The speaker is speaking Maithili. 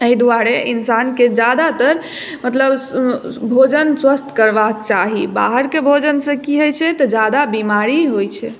अइ दुआरे इंसानके जादातर मतलब भोजन स्वस्थ करबाक चाही बाहरके भोजन से की होइ छै तऽ जादा बीमारी होइ छै